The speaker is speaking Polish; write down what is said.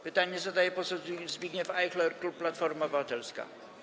Pytanie zadaje poseł Zbigniew Ajchler, klub Platforma Obywatelska.